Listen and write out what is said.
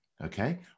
okay